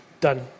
done